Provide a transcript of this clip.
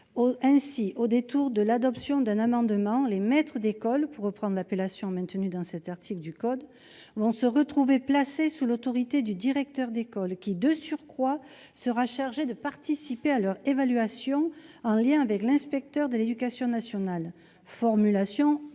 Ainsi, au détour de l'adoption d'un amendement, les « maîtres d'école », pour reprendre l'appellation maintenue dans l'article L. 411-1 du code de l'éducation, vont se retrouver placés sous l'autorité du directeur d'école, qui, de surcroît, participera à leur évaluation, en lien avec l'inspecteur de l'éducation nationale- une formulation par